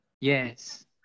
Yes